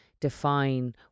define